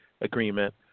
agreement